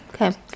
Okay